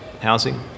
housing